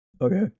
Okay